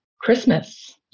Christmas